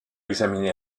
examiné